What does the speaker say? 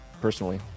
personally